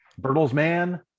Bertelsmann